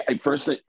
First